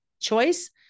choice